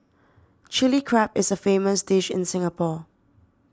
Chilli Crab is a famous dish in Singapore